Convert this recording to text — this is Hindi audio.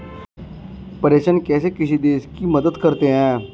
प्रेषण कैसे किसी देश की मदद करते हैं?